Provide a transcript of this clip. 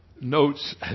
Notes